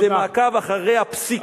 זה מעקב אחרי הפסיקה,